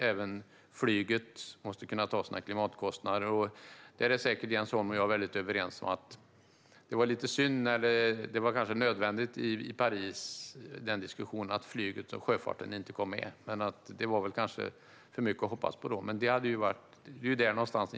Även flyget måste ta sina klimatkostnader. Där är säkert jag och Jens Holm helt överens. Det var synd men kanske nödvändigt att flyget och sjöfarten inte kom med i diskussionen i Paris. Det hade kanske varit att hoppas på för mycket annars.